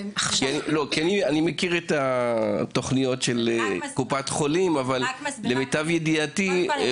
כי אני מכיר את התוכניות של קופות החולים ולמיטב ידיעתי,